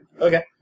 Okay